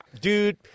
Dude